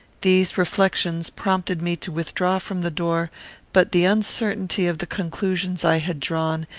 these reflections prompted me to withdraw from the door but the uncertainty of the conclusions i had drawn,